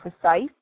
precise